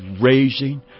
raising